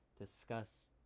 discuss